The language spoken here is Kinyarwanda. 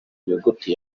nyuguti